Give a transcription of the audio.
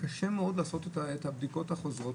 קשה מאוד לעשות את הבדיקות החוזרות